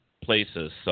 places